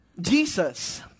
Jesus